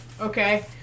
Okay